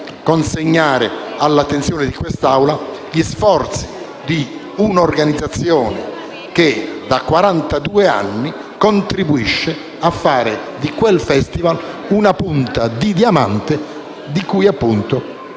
consegnare all'attenzione di questa Assemblea gli sforzi di un'organizzazione che da quarantadue anni contribuisce a fare di quel Festival una punta di diamante di cui l'intero